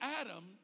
Adam